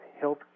health